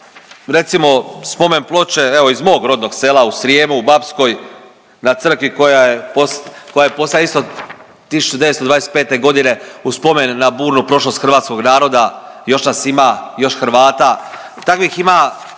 recimo spomen ploče evo iz mog rodnog sela u Srijemu u Bapskoj na crkvi koja je pos…, koja je postojala isto 1925. godine u spomen na burnu prošlost hrvatskog naroda još nas ima, još Hrvata. Takvih ima